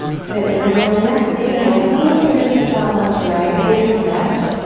good and then on your next inhale send the fingertips out left to right, big stretch.